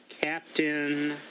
Captain